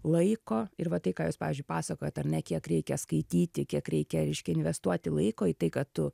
laiko ir va tai ką jūs pavyzdžiui pasakojot ar ne kiek reikia skaityti kiek reikia reiškia investuoti laiko į tai kad tu